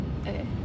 okay